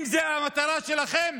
אם זו המטרה שלכם,